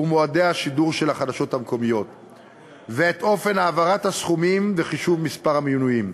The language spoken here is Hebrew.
את מועדי השידור ואת אופן העברת הסכומים וחישוב מספר המנויים.